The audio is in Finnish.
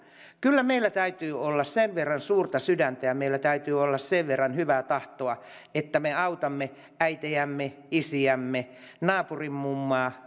kyllä meillä täytyy olla sen verran suurta sydäntä ja meillä täytyy olla sen verran hyvää tahtoa että me autamme äitejämme isiämme naapurin mummaa